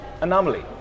anomaly